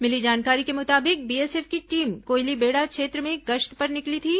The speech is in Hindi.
मिली जानकारी के मुताबिक बीएसएफ की टीम कोयलीबेड़ा क्षेत्र में गश्त पर निकली थी